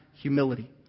humility